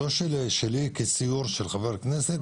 לא שלי כסיור של חבר כנסת,